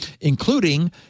including